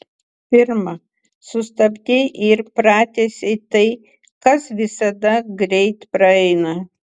pirma sustabdei ir pratęsei tai kas visada greit praeina